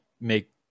make